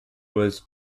was